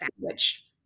sandwich